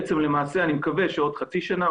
אני מקווה שעוד חצי שנה,